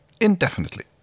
Indefinitely